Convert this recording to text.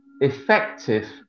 Effective